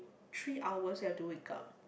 three hours you have to wake up